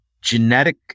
genetic